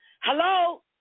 hello